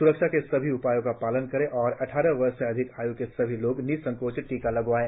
स्रक्षा के सभी उपायों का पालन करें और पैतालीस वर्ष से अधिक आय् के सभी लोग निसंकोच टीका लगवाएं